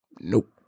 Nope